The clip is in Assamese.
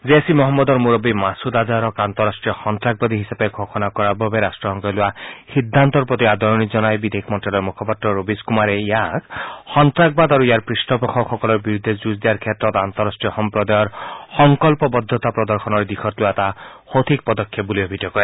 জেইচ ই মহম্মদৰ মুৰববী মাছুদ আজহাৰক সন্তাসবাদী হিচাপে ঘোষণা কৰাৰ বাবে ৰাট্টসংঘই লোৱা সিদ্ধান্তৰ প্ৰতি আদৰণি জনাই বিদেশ মন্ত্যালয়ৰ মুখপাত্ৰ ৰবীশ কুমাৰে সন্তাসবাদ আৰু ইয়াৰ পৃষ্ঠপোষকসকলৰ বিৰুদ্ধে যুঁজ দিয়াৰ ক্ষেত্ৰত আন্তঃৰাষ্ট্ৰীয় সম্প্ৰদায়ৰ সংকল্পবদ্ধতা প্ৰদৰ্শনৰ দিশত লোৱা এটা সঠিক পদক্ষেপ বুলি অভিহিত কৰে